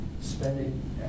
Spending